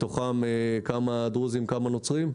מתוכם 3 דרוזים ו-3 נוצרים,